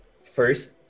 first